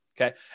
Okay